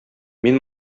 мин